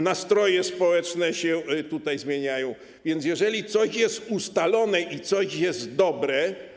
Nastroje społeczne się zmieniają, więc jeżeli coś jest ustalone i coś jest dobre.